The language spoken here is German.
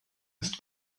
ist